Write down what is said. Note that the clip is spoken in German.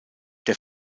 der